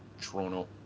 Toronto